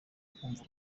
kumva